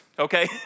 Okay